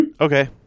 Okay